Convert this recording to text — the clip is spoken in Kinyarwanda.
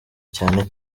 cyane